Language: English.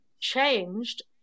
changed